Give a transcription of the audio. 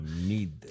need